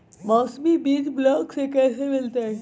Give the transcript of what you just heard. मौसमी बीज ब्लॉक से कैसे मिलताई?